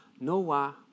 Noah